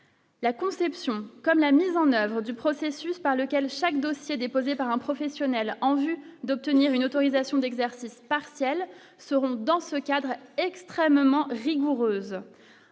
La conception comme la mise en oeuvre du processus par lequel chaque dossier déposé par un professionnel en vue d'obtenir une autorisation d'exercice partiel seront dans ce cadre extrêmement rigoureuse